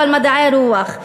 אבל מדעי הרוח,